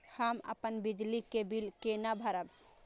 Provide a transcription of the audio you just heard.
हम अपन बिजली के बिल केना भरब?